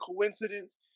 coincidence